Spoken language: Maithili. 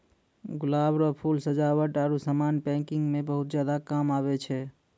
गुलाब रो फूल सजावट आरु समान पैकिंग मे बहुत ज्यादा काम आबै छै